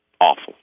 awful